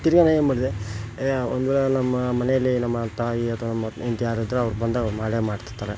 ತಿರ್ಗಿ ನಾ ಏನು ಮಾಡಿದೆ ಯ್ ಒಂದು ನಮ್ಮ ಮನೆಯಲ್ಲಿ ನಮ್ಮ ತಾಯಿ ಅಥವಾ ನಮ್ಮ ಹೆಂಡತಿ ಯಾರಿದ್ದರೂ ಅವ್ರು ಬಂದಾಗ ಅವ್ರು ಮಾಡೇ ಮಾಡ್ತಿರ್ತಾರೆ